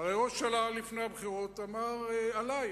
הרי ראש הממשלה לפני הבחירות אמר: עלי.